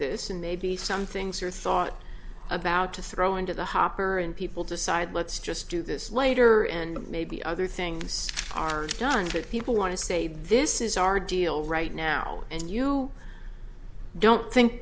this and maybe some things are thought about to throw into the hopper and people decide let's just do this later and maybe other things are done that people want to say this is our deal right now and you don't think